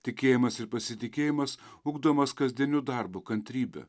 tikėjimas ir pasitikėjimas ugdomas kasdieniu darbu kantrybe